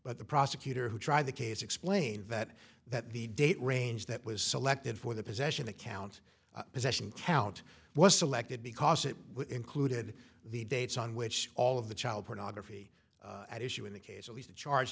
but the prosecutor who tried the case explained that that the date range that was selected for the possession the count possession count was selected because it included the dates on which all of the child pornography at issue in the case at least a charge